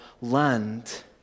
land